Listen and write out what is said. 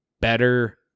better